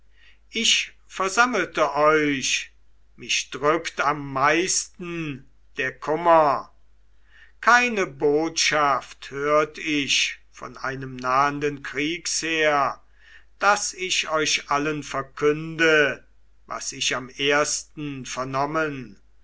ich versammelte euch mich drückt am meisten der kummer keine botschaft hört ich von einem nahenden kriegsheer daß ich euch allen verkünde was ich am ersten vernommen